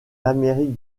amérique